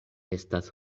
estas